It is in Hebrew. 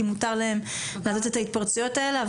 כי מותר להם לומר את ההתפרצויות האלה,